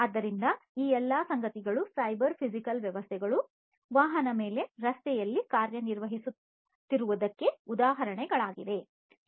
ಆದ್ದರಿಂದ ಈ ಎಲ್ಲ ಸಂಗತಿಗಳು ಸೈಬರ್ ಫಿಸಿಕಲ್ ವ್ಯವಸ್ಥೆಗಳು ವಾಹನಗಳ ಮೇಲೆ ರಸ್ತೆಯಲ್ಲಿ ಕಾರ್ಯನಿರ್ವಹಿಸುತ್ತಿರುವುದಕ್ಕೆ ಉದಾಹರಣೆಗಳಾಗಿವೆ